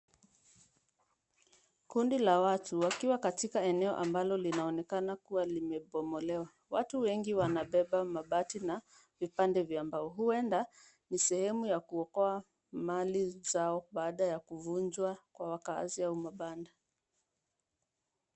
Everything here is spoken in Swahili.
Kundi la watu wakiwa katika eneo ambalo linaonekana kua limebomolewa. Watu wengi wanabeba mabati na vipande vya mbao, huenda ni sehemu ya kuokoa mali zao baada ya kuvunjwa kwa wakaazi au mabanda.